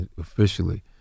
officially